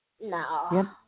No